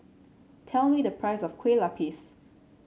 tell me the price of Kueh Lapis